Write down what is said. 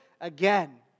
again